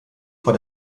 vor